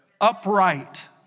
upright